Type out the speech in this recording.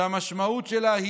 שהמשמעות שלה: